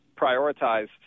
prioritize